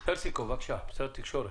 פרסיקו, בבקשה, משרד התקשורת.